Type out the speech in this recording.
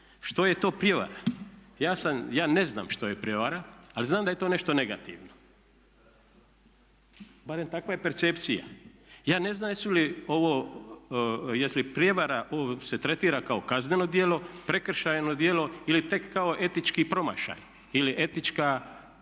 što je to prijevara. Ja sam, ja ne znam što je prijevara ali znam da je to nešto negativno, barem takva je percepcija. Ja ne znam jesu li ovo, je li se prijevara se tretira kao kazneno djelo, prekršajno djelo ili tek kao etički promašaj ili etička,